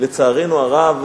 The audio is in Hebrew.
לצערנו הרב,